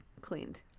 cleaned